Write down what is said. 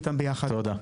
תודה.